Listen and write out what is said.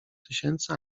tysięcy